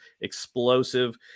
explosive